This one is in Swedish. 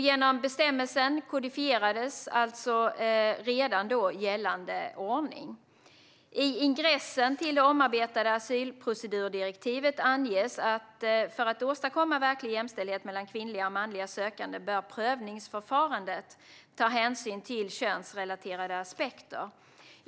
Genom bestämmelsen kodifierades alltså redan gällande ordning. I ingressen till det omarbetade asylprocedurdirektivet anges följande: "För att åstadkomma verklig jämställdhet mellan kvinnliga och manliga sökande bör prövningsförfarandet ta hänsyn till könsrelaterade aspekter.